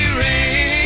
rain